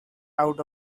out